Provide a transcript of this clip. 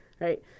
right